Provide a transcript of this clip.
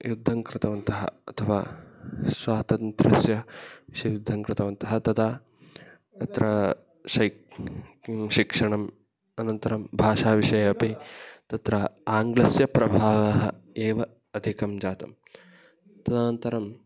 युद्धं कृतवन्तः अथवा स्वातन्त्रस्य शृद्धं कृतवन्तः तदा अत्र शै किं शिक्षणम् अनन्तरं भाषा विषये अपि तत्र आङ्ग्लस्य प्रभावम् एव अधिकं जातं तदनन्तरम्